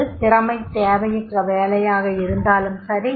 அது திறமை தேவையற்ற வேலையாக இருந்தாலும் சரி